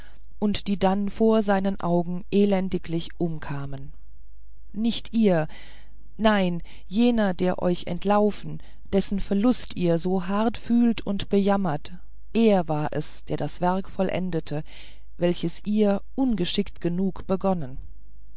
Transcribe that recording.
und die dann vor seinen augen elendiglich umkamen nicht ihr nein jener der euch entlaufen dessen verlust ihr so hart fühlt und bejammert der war es der das werk vollendete welches ihr ungeschickt genug begonnenen